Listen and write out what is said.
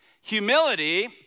Humility